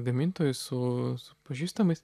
gamintojais su su pažįstamais